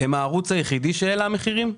הם הערוץ היחידי שהעלה מחירים?